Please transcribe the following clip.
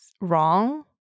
wrong